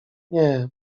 nie